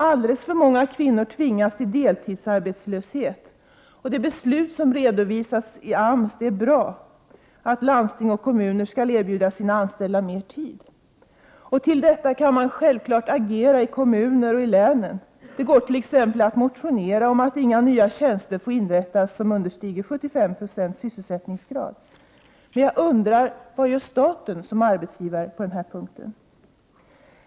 Alldeles för många kvinnor tvingas till deltidsarbetslöshet. Det beslut som fattades av AMS styrelse den 16 mars i år om att landsting och kommuner skall erbjuda sina anställda mer tid är därför bra. Till detta kan man självfallet agera i länen och i kommunerna. Det går t.ex. att motionera om att inga nya tjänster får inrättas som understiger 75 90 sysselsättningsgrad. Vad gör staten som arbetsgivare på den här punkten?